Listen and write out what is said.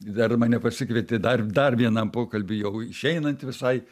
dar mane pasikvietė dar dar vienam pokalbiui jau išeinant visai